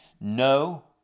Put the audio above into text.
No